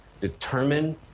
determine